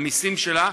עם המסים שלה,